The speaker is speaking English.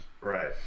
Right